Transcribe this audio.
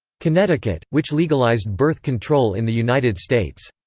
connecticut, which legalized birth control in the united states.